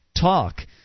talk